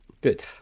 Good